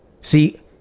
See